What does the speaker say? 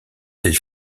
elle